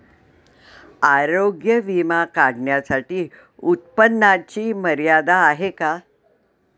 आरोग्य विमा काढण्यासाठी उत्पन्नाची मर्यादा आहे का?